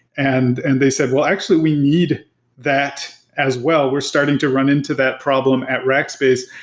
and and they said, well, actually we need that as well. we're starting to run into that problem at rackspace.